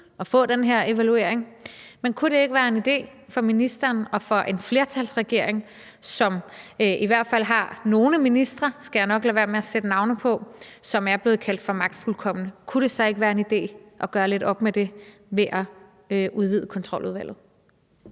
at få den her evaluering, men kunne det ikke være en god idé for ministeren og for en flertalsregering, som har i hvert fald nogle ministre – jeg skal nok lade være med at sætte navne på – som er blevet kaldt for magtfuldkomne, at gøre lidt op med det ved at udvide Kontroludvalget?